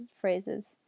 phrases